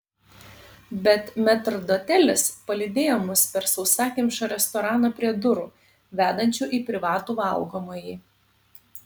bet metrdotelis palydėjo mus per sausakimšą restoraną prie durų vedančių į privatų valgomąjį